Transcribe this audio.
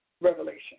revelation